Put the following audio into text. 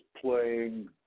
playing